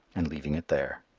and leaving it there.